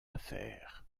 affaire